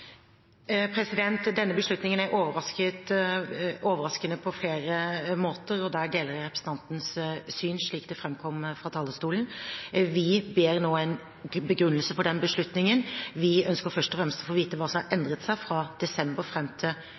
Denne beslutningen er overraskende på flere måter, og der deler jeg representantens syn, slik det framkom fra talerstolen. Vi ber nå om en begrunnelse for den beslutningen. Vi ønsker først og fremst å få vite hva som har endret seg fra desember og fram til